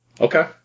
Okay